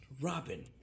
Robin